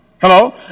Hello